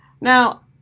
Now